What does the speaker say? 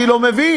אני לא מבין,